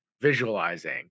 visualizing